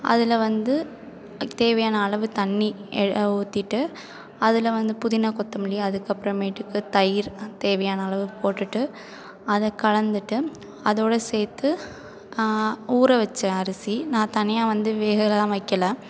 அதில் வந்து தேவையான அளவு தண்ணி ஊற்றிட்டு அதில் வந்து புதினா கொத்தமல்லி அதுக்கப்பறமேட்டுக்கு தயிர் தேவையான அளவு போட்டுட்டு அத கலந்துட்டு அதோட சேர்த்து ஊற வச்ச அரிசி நான் தனியாக வந்து வேகலாம் வைக்கல